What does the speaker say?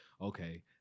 okay